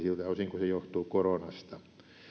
siltä osin kuin se johtuu koronasta